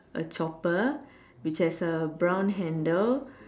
a chopper which has a brown handle